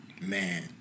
Man